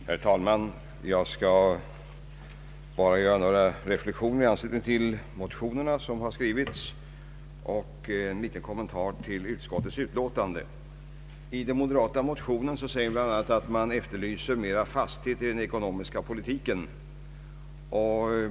Herr talman! Jag skall bara göra några reflexioner i anslutning till de motioner som har väckts i denna fråga samt en kortfattad kommentar till utskottets utlåtande. I moderaternas motion sägs bl.a. att man efterlyser mera fasthet i den ekonomiska politiken.